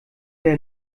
der